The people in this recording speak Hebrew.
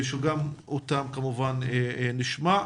שגם אותם כמובן נשמע.